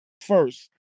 first